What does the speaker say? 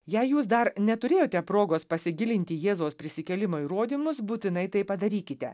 jei jūs dar neturėjote progos pasigilinti į jėzaus prisikėlimo įrodymus būtinai tai padarykite